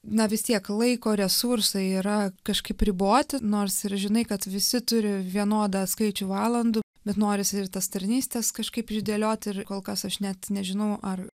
na vis tiek laiko resursai yra kažkaip riboti nors ir žinai kad visi turi vienodą skaičių valandų bet norisi ir tas tarnystes kažkaip išdėliot kol kas aš net nežinau ar